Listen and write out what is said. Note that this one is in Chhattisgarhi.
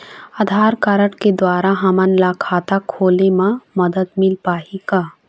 आधार कारड के द्वारा हमन ला खाता खोले म मदद मिल पाही का?